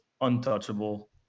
untouchable